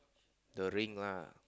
the ring lah